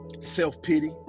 self-pity